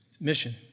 Mission